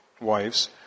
wives